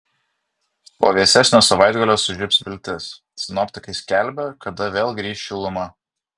po vėsesnio savaitgalio sužibs viltis sinoptikai skelbia kada vėl grįš šiluma